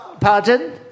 Pardon